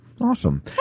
Awesome